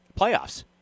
playoffs